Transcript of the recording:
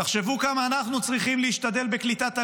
תחשבו כמה אנחנו צריכים להשתדל בקליטת עלייה,